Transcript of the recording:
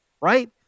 Right